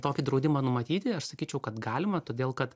tokį draudimą numatyti aš sakyčiau kad galima todėl kad